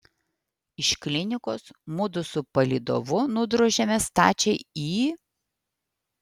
iš klinikos mudu su palydovu nudrožėme stačiai į